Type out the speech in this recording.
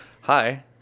Hi